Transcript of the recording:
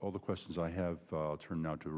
all the questions i have turn out to